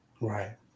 Right